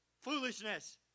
foolishness